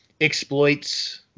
exploits